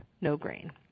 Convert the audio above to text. no-grain